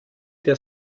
der